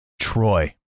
Troy